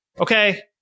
okay